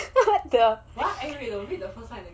what the